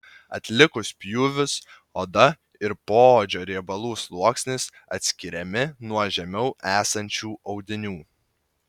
atlikus pjūvius oda ir poodžio riebalų sluoksnis atskiriami nuo žemiau esančių audinių